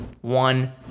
one